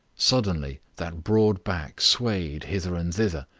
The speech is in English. suddenly that broad back swayed hither and thither.